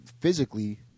physically